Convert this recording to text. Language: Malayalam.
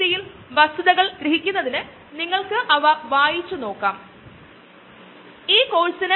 നമ്മൾ ഇവിടെ ക്ലിക്കുചെയ്യുന്നതിന് മുമ്പ് നമ്മൾ ചില നിയന്ത്രണങ്ങളോ അതുപോലെയോ ഉപയോഗിക്കേണ്ടത് ഉണ്ട് തുടർന്ന് നമ്മൾ വെബ്സൈറ്റ് ആക്സസ് ചെയ്ത് അതിലൂടെ കാണും